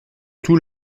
tout